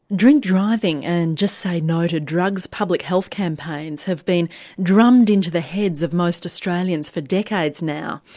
drink-driving and just say no to drugs public health campaigns have been drummed into the heads of most australians for decades now.